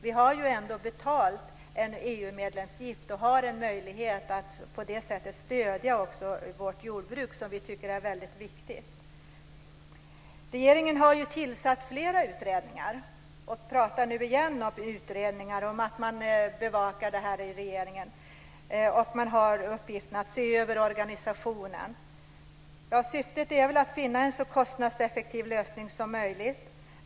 Vi har ju ändå betalt en EU-medlemsavgift och har på det sättet en möjlighet att stödja vårt jordbruk som vi tycker är väldigt viktig. Regeringen har tillsatt flera utredningar och pratar nu igen om utredningar och att regeringen bevakar det här. Man har uppgiften att se över organisationen. Syftet är väl att finna en så kostnadseffektiv lösning som möjligt.